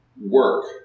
work